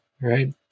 Right